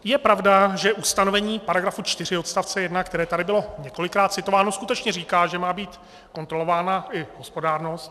Je pravda, že ustanovení § 4 odst. 1, které tady bylo několikrát citováno, skutečně říká, že má být kontrolována i hospodárnost.